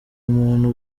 umuntu